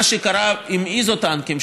מה שקרה עם איזוטנקים,